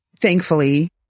thankfully